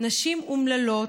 נשים אומללות,